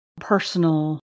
personal